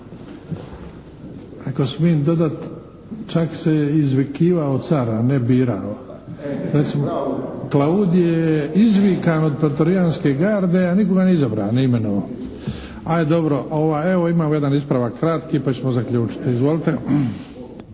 Ako smijem dodati, čak se i izvikivao car, a ne birao. Recimo, Klaudije je izvikan od pretorijanske garde, a nitko ga nije izabrao ni imenovao. Ajde dobro, evo imamo jedan ispravak kratki pa ćemo zaključiti. Izvolite.